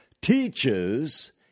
teaches